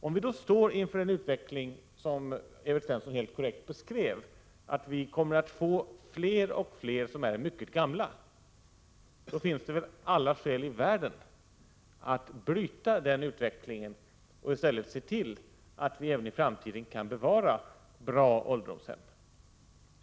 Om vi då står inför den utveckling som Evert Svensson helt korrekt beskrev — vi kommer att få fler och fler som är mycket gamla — finns det väl alla skäl i världen att bryta den utvecklingen och i stället se till att vi även i framtiden kan bevara bra ålderdomshem.